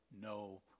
no